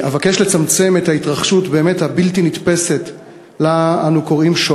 אבקש לצמצם את ההתרחשות הבלתי-נתפסת שאנו קוראים לה